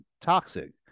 toxic